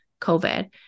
COVID